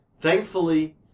thankfully